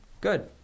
Good